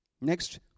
Next